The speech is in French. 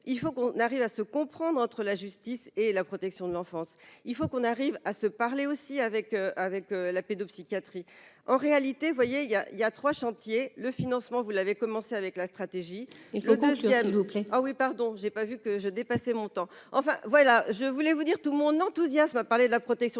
il faut qu'on arrive à se comprendre entre la justice et la protection de l'enfance, il faut qu'on arrive à se parler aussi avec avec la pédopsychiatrie, en réalité, vous voyez, il y a, il y a 3 chantiers, le financement, vous l'avez commencé avec la stratégie, il le confie à nos plein ah oui pardon, j'ai pas vu que j'ai dépassé mon temps, enfin voilà, je voulais vous dire tout mon enthousiasme, parler de la protection de l'enfance,